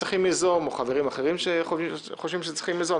צריכים ליזום או חברים אחרים חושבים שצריך ליזום.